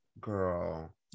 girl